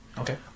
Okay